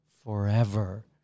forever